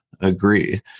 agree